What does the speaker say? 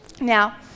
Now